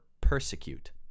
persecute